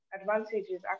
advantages